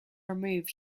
removed